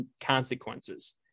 consequences